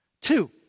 Two